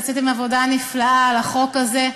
עשיתם עבודה נפלאה על החוק הזה.